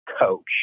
coach